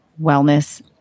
wellness